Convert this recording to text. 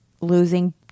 losing